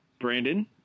Brandon